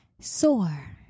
soar